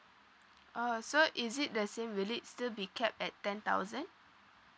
oh so is it the same will it still be kept at ten thousand